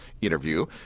interview